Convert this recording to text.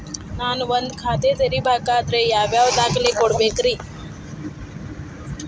ನಾನ ಒಂದ್ ಖಾತೆ ತೆರಿಬೇಕಾದ್ರೆ ಯಾವ್ಯಾವ ದಾಖಲೆ ಕೊಡ್ಬೇಕ್ರಿ?